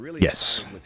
Yes